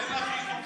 תן לה חיזוקים.